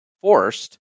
forced